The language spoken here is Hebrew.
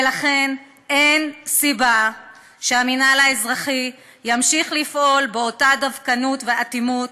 ולכן אין סיבה שהמינהל האזרחי ימשיך לפעול באותה דווקנות ואטימות